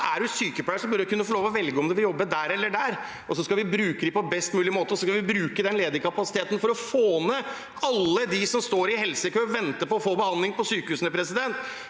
Er du sykepleier, bør du kunne få lov til å velge om du vil jobbe der eller der, og så skal vi bruke dem på best mulig måte. Vi skal bruke den ledige kapasiteten til å hjelpe alle dem som står i helsekø og venter på å få behandling på sykehusene. Det